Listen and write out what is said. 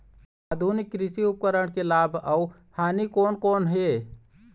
आधुनिक कृषि उपकरण के लाभ अऊ हानि कोन कोन हे?